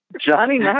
Johnny